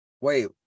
Wait